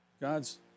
God's